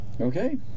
Okay